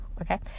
Okay